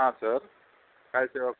हा सर काय सेवा करु